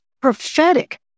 prophetic